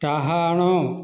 ଡାହାଣ